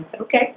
Okay